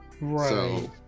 right